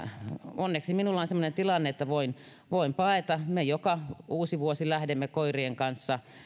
onneksi minulla on semmoinen tilanne että voin voin paeta me joka uusivuosi lähdemme koirien kanssa